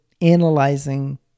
analyzing